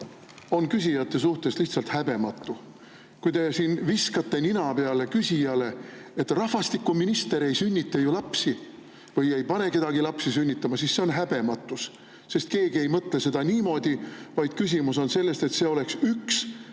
on küsijate suhtes lihtsalt häbematu. Kui te siin viskate küsijale nina peale, et rahvastikuminister ei sünnita lapsi või ei pane kedagi lapsi sünnitama, siis see on häbematus, sest keegi ei mõtle niimoodi. Küsimus on selles, et see oleks üks